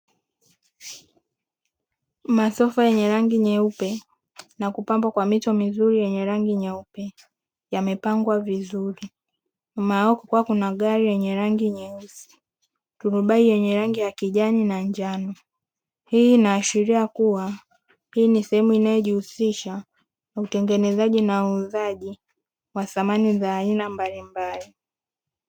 Masofa yenye rangi nyeupe na kupambwa kwa mito mizuri yenye rangi nyeupe yamepangwa vizuri. Nyuma yao kukiwa kuna gari yenye rangi nyeusi, turubai yenye rangi ya kijani na njano. Hii inaashiria kuwa hii ni sehemu inayojihusisha na utengenezaji na uuzaji wa samani za aina mbalimbali.